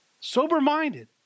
sober-minded